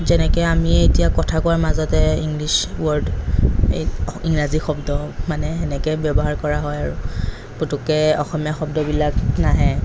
যেনেকৈ আমিয়ে এতিয়া কথা কোৱাৰ মাজতে ইংলিছ ৱৰ্ড এই ইংৰাজী শব্দ মানে সেনেকৈ ব্য়ৱহাৰ কৰা হয় আৰু পুতুককৈ অসমীয়া শব্দবিলাক নাহে